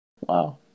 Wow